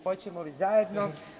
Hoćemo li zajedno?